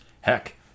Heck